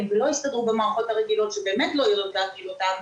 ולא הסתדרו במערכות הרגילות שבאמת לא יודעות להכיל אותם,